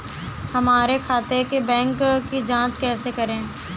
हमारे खाते के बैंक की जाँच कैसे करें?